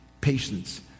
patience